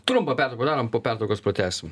trumpą pertrauką padarom po pertraukos pratęsim